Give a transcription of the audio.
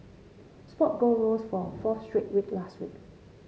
spot gold rose for a fourth straight week last week